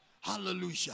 Hallelujah